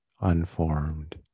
unformed